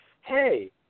hey